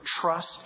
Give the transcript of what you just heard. trust